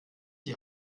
die